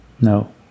no